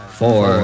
four